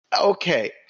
okay